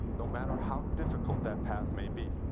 no matter how difficult that path may be.